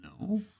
No